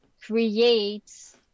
creates